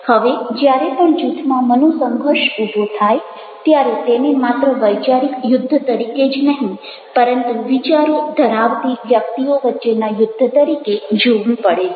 હવે જ્યારે પણ જૂથમાં મનોસંઘર્ષ ઊભો થાય ત્યારે તેને માત્ર વૈચારિક યુદ્ધ તરીકે જ નહિ પરંતુ વિચારો ધરાવતી વ્યક્તિઓ વચ્ચેના યુદ્ધ તરીકે જોવું પડે છે